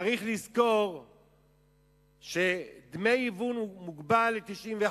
צריך לזכור שדמי היוון מוגבלים ל-91%,